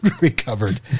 recovered